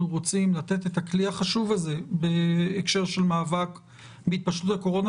רוצים לתת את הכלי החשוב הזה בהקשר של מאבק בהתפשטות הקורונה,